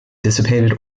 dissipated